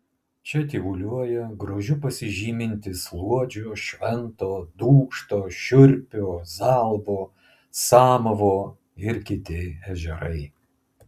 čia tyvuliuoja grožiu pasižymintys luodžio švento dūkšto šiurpio zalvo samavo ir kiti ežerai